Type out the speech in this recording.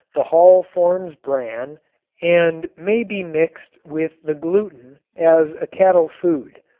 the hull forms bran and may be mixed with the gluten as a cattle food.